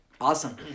Awesome